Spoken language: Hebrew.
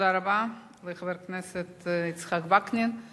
תודה רבה לחבר הכנסת יצחק וקנין.